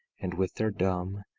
and with their dumb,